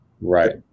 Right